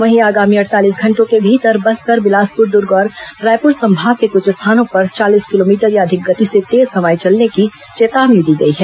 वहीं आगामी अड़तालीस घंटों के भीतर बस्तर बिलासपुर दुर्ग और रायपुर संभाग के कुछ स्थानों पर चालीस किलोमीटर या अधिक गति से तेज हवाएं चलने की चेतावनी दी गई हैं